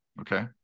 Okay